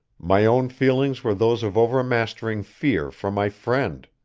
my own feelings were those of overmastering fear for my friend.